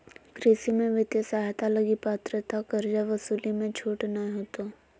कृषि में वित्तीय सहायता लगी पात्रता कर्जा वसूली मे छूट नय होतो